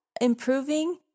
improving